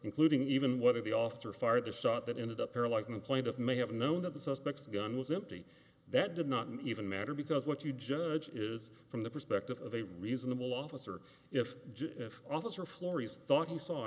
including even whether the officer fired the shot that ended up paralyzed the point of may have known that the suspects gun was empty that did not even matter because what you judge is from the perspective of a reasonable officer if if officer florrie's thought he saw